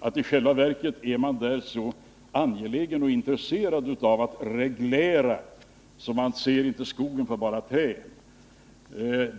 att man där i själva verket är så angelägen om och intresserad av att reglera att man inte ser skogen för bara träd.